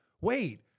wait